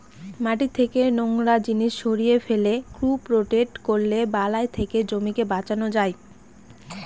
মাটি থেকে নোংরা জিনিস সরিয়ে ফেলে, ক্রপ রোটেট করলে বালাই থেকে জমিকে বাঁচানো যায়